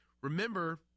Remember